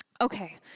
Okay